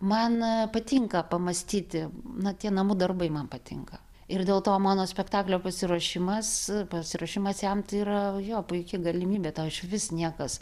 man patinka pamąstyti na tie namų darbai man patinka ir dėl to mano spektaklio pasiruošimas pasiruošimas jam tai yra jo puiki galimybė tau išvis niekas